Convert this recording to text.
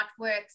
artworks